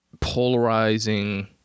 Polarizing